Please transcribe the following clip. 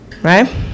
right